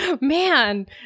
Man